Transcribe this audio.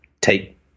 take